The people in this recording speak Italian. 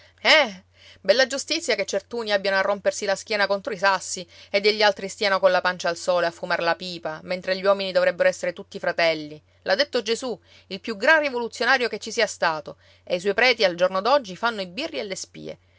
eh bella giustizia che certuni abbiano a rompersi la schiena contro i sassi e degli altri stiano colla pancia al sole a fumar la pipa mentre gli uomini dovrebbero essere tutti fratelli l'ha detto gesù il più gran rivoluzionario che ci sia stato e i suoi preti al giorno d'oggi fanno i birri e le spie